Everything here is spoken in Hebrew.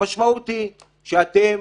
המשמעות היא שאתם